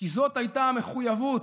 כי זאת הייתה המחויבות,